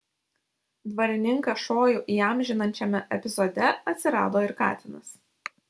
dvarininką šojų įamžinančiame epizode atsirado ir katinas